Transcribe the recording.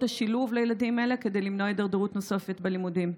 השילוב לילדים האלה כדי למנוע הידרדרות נוספת בלימודים?